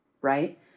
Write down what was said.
Right